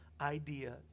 idea